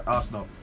Arsenal